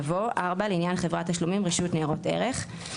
יבוא: "(4) לעניין חברת תשלומים רשות ניירות ערך,";